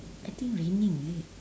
I think raining is it